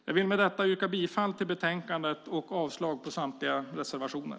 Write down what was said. Jag yrkar med detta bifall till förslaget i betänkandet och avslag på samtliga reservationer.